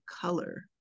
color